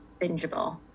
bingeable